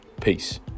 Peace